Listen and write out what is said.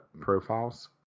profiles